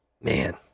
man